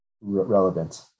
relevant